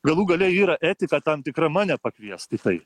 galų gale yra etika tam tikra mane pakviest į tai